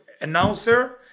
announcer